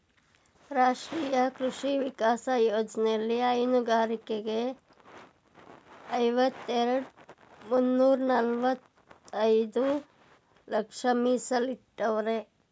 ರಾಷ್ಟ್ರೀಯ ಕೃಷಿ ವಿಕಾಸ ಯೋಜ್ನೆಲಿ ಹೈನುಗಾರರಿಗೆ ಐವತ್ತೆರೆಡ್ ಮುನ್ನೂರ್ನಲವತ್ತೈದು ಲಕ್ಷ ಮೀಸಲಿಟ್ಟವ್ರೆ